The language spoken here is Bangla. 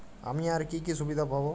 আমি আর কি কি সুবিধা পাব?